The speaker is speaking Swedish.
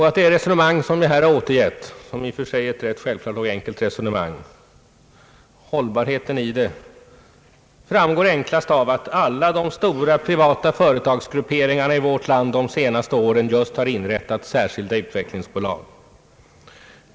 Att det resonemang jag här återgett är hållbart — resonemanget är i och för sig rätt självfallet — framgår enklast av att alla de stora privata företagsgrupperingarna i vårt land de senaste åren just har inrättat särskilda utvecklingsbolag.